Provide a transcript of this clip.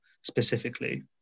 specifically